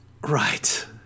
Right